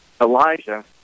Elijah